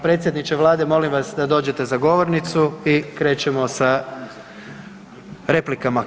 Predsjedniče Vlade molim vas da dođete za govornicu i krećemo sa replikama.